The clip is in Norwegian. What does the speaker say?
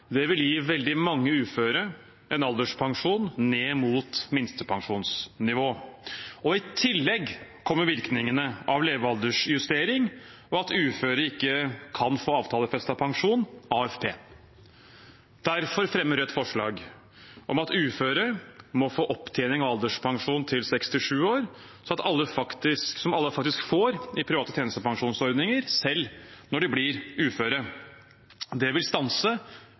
Det vil gi veldig mange uføre en alderspensjon ned mot minstepensjonsnivå. I tillegg kommer virkningene av levealdersjustering og at uføre ikke kan få avtalefestet pensjon, AFP. Derfor fremmer Rødt forslag om at uføre må få opptjening av alderspensjon til 67 år, som alle faktisk får i private tjenestepensjonsordninger, selv når de blir uføre. Det vil stanse